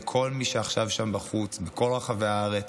וכל מי שעכשיו שם בחוץ מכל רחבי הארץ,